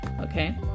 okay